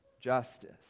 justice